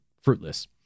fruitless